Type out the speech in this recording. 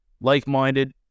like-minded